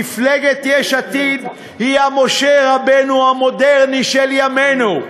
מפלגת יש עתיד היא משה רבנו המודרני, של ימינו.